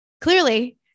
clearly